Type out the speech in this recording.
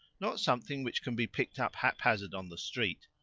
not something which can be picked up haphazard on the street.